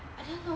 I didn't know